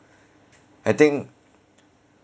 I think